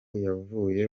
yaguye